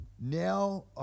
Now